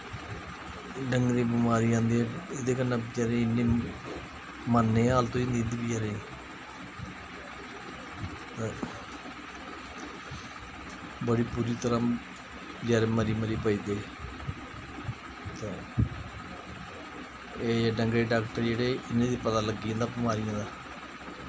डंगरें गी बमारियां आंदियां एह्दे कन्नै बचैरे इन्ने मरने दी हालत होई जंदी इं'दी बचैरें दी ते बड़े बुरी तरह् बचैरे मरी मरी बचदे ते एह् डंगरें दे डाक्टर जेह्ड़े इ'नेंगी पता लग्गी जंदा बमारियें दा